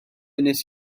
wnes